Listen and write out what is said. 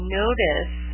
notice